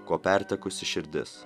ko pertekusi širdis